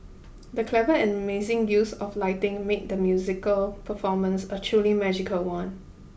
the clever and amazing use of lighting made the musical performance a truly magical one